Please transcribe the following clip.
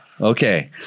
Okay